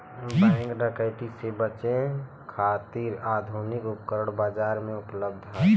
bank डकैती से बचे खातिर आधुनिक उपकरण बाजार में उपलब्ध हौ